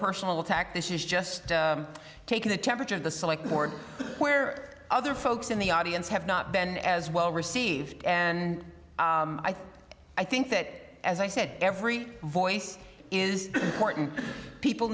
personal attack this is just taking the temperature of the select board where other folks in the audience have not been as well received and i think i think that as i said every voice is important people